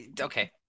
Okay